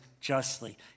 justly